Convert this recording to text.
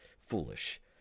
foolish